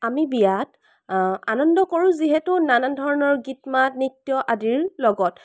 আমি বিয়াত আনন্দ কৰো যিহেতু নানান ধৰণৰ গীত মাত নৃত্য আদিৰ লগত